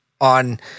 on